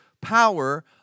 power